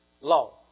Law